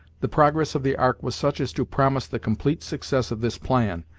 the progress of the ark was such as to promise the complete success of this plan,